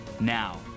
Now